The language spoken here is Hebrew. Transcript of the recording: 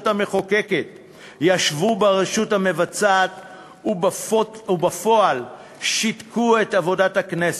המחוקקת ישבו ברשות המבצעת ובפועל שיתקו את עבודת הכנסת,